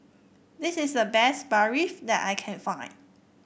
this is the best Barfi that I can find